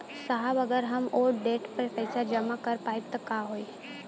साहब अगर हम ओ देट पर पैसाना जमा कर पाइब त का होइ?